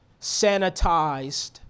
sanitized